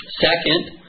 Second